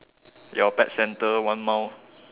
your pet center one mile